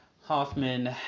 Hoffman